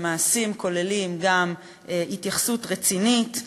ומעשים כוללים גם התייחסות רצינית,